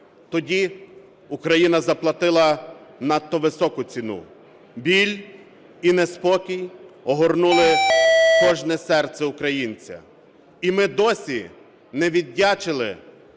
Тоді Україна заплатила надто високу ціну, біль і неспокій огорнули кожне серце українця. І ми досі не віддячили